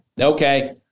Okay